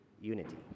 unity